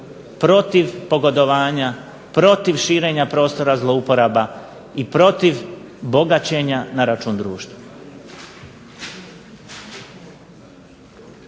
protiv pogodovanja, protiv širenja prostora zlouporaba i protiv bogaćenja na račun društva.